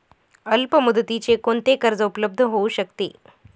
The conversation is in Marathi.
अल्पमुदतीचे कोणते कर्ज उपलब्ध होऊ शकते?